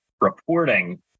reporting